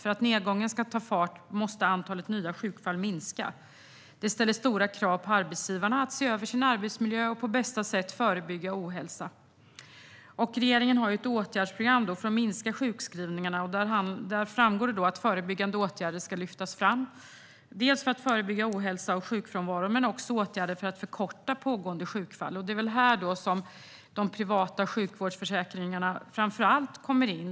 För att nedgången ska ta fart måste antalet nya sjukfall minska. Det ställer stora krav på arbetsgivarna att se över sin arbetsmiljö och på bästa sätt förebygga ohälsa. Regeringen har ett åtgärdsprogram för att minska antalet sjukskrivningar. Där framgår det att förebyggande åtgärder ska lyftas fram för att förebygga ohälsa och sjukfrånvaro men också för att förkorta pågående sjukfall. Det är väl framför allt här de privata sjukvårdsförsäkringarna kommer in.